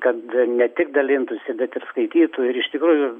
kad ne tik dalintųsi bet ir skaitytų ir iš tikrųjų